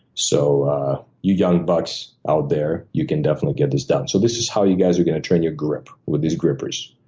so you young bucks out there, you can definitely get this done. so this is how you guys are gonna train your grip, with these grippers.